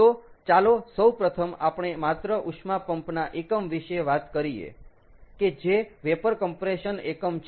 તો ચાલો સૌપ્રથમ આપણે માત્ર ઉષ્મા પંપ ના એકમ વિશે વાત કરીયે કે જે વેપર કમ્પ્રેશન એકમ છે